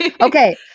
Okay